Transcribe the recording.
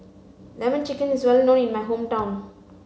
lemon chicken is well known in my hometown